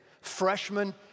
freshman